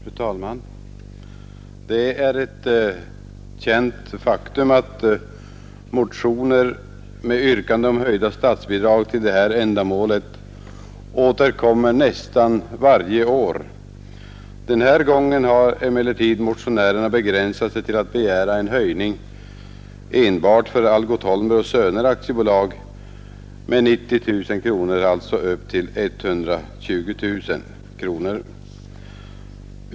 Fru talman! Det är ett känt faktum att motioner med yrkande om höjda statsbidrag till det här ändamålet återkommer nästan varje år. Den här gången har emellertid motionärerna begränsat sig till att begära en höjning enbart för Algot Holmberg och Söner AB med 90 000 kronor upp till 120 000 kronor.